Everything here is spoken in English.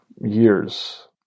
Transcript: years